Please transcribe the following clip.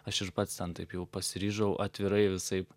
aš ir pats ten taip jau pasiryžau atvirai visaip